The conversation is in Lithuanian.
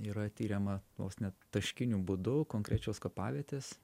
yra tiriama vos ne taškiniu būdu konkrečios kapavietės